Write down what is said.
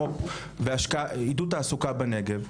מו"פ ועידוד תעסוקה בנגב,